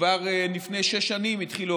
כבר לפני שש שנים התחיל להוביל,